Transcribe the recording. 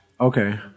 Okay